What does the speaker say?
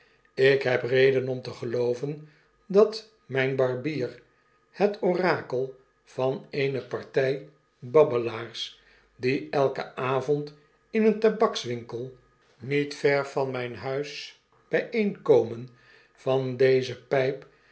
ik heb reden om te gelooven dat mijn barbier het orakel van eene partij babbelaars die elken avond in eenen tabakswinkel niet ver van myn huis byeenkomen van deze pijp